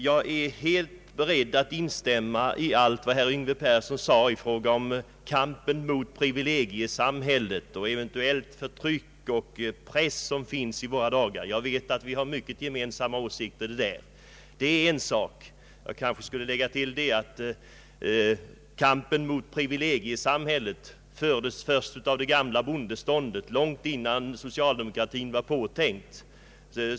Jag är helt beredd att instämma i allt vad herr Yngve Persson sade om kampen mot privilegiesamhället och mot förtrycket även i våra dagar. Vi har många gemensamma åsikter om detta. Men jag vill gärna tillägga, att kampen mot privilegiesamhället började föras av det gamla bondeståndet långt innan socialdemokratin var påtänkt.